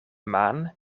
maan